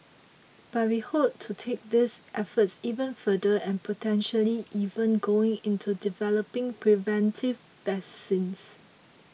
but we hope to take these efforts even further and potentially even going into developing preventive vaccines